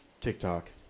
TikTok